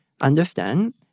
understand